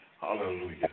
Hallelujah